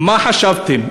"מה חשבתם?